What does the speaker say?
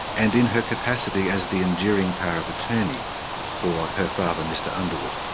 and in her capacity as the enduring power of attorney for her father, mr underwood.